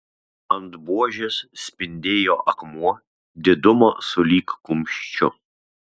ant buožės spindėjo akmuo didumo sulig kumščiu